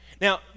Now